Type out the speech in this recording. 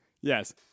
Yes